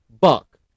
Buck